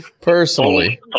Personally